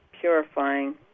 purifying